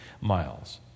miles